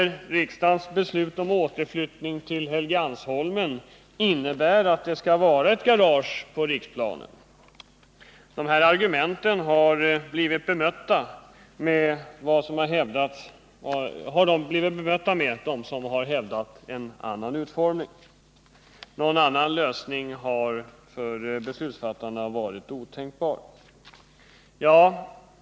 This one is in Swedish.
Riksdagens beslut om återflyttning till Helgeandsholmen innefattar ett garage på Riksplan. — Med dessa argument har de blivit bemötta som har förespråkat en annan utformning. Någon annan lösning än garage har varit otänkbar för beslutsfattarna.